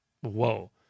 whoa